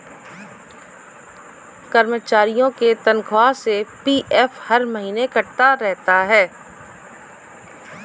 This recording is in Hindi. कर्मचारियों के तनख्वाह से पी.एफ हर महीने कटता रहता है